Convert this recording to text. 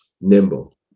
nimble